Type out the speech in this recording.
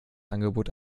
angebot